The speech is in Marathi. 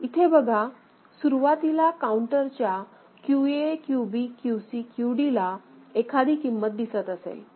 इथे बघा सुरुवातीला काउंटरच्या QA QB QC QD ला एखादी किंमत दिसत असेल